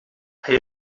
hij